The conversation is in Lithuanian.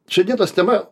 šiandienos tema